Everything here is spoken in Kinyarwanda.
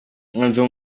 inzu